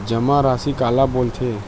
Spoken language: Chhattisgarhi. जमा राशि काला बोलथे?